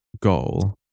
goal